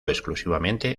exclusivamente